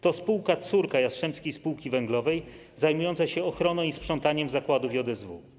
To spółka córka Jastrzębskiej Spółki Węglowej zajmująca się ochroną i sprzątaniem zakładów JSW.